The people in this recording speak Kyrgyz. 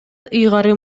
ыйгарым